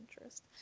interest